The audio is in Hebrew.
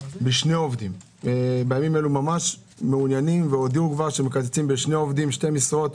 בימים אלו ממש מעוניינים והודיעו שמקצצים בשתי משרות.